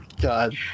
god